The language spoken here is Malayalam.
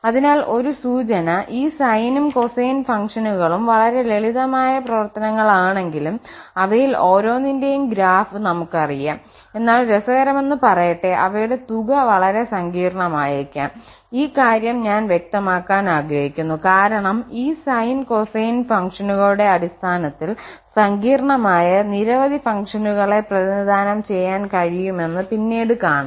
അതിനാൽ ഒരു സൂചന ഈ സൈനും കൊസൈൻ ഫംഗ്ഷനുകളും വളരെ ലളിതമായ പ്രവർത്തനങ്ങളാണെങ്കിലും അവയിൽ ഓരോന്നിന്റെയും ഗ്രാഫ് നമുക്കറിയാം എന്നാൽ രസകരമെന്നു പറയട്ടെ അവയുടെ തുക വളരെ സങ്കീർണമായേക്കാം ഈ കാര്യം ഞാൻ വ്യക്തമാക്കാൻ ആഗ്രഹിക്കുന്നു കാരണം ഈ സൈൻ കൊസൈൻ ഫംഗ്ഷനുകളുടെ അടിസ്ഥാനത്തിൽ സങ്കീർണമായ നിരവധി ഫംഗ്ഷനുകളെ പ്രതിനിധാനം ചെയ്യാൻ കഴിയുമെന്ന് പിന്നീട് കാണാം